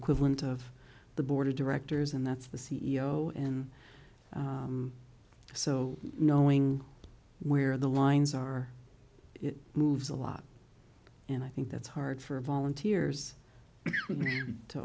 equivalent of the board of directors and that's the c e o and so knowing where the lines are it moves a lot and i think that's hard for volunteers to